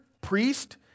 priest